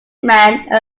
man